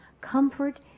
comfort